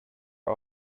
are